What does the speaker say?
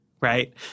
right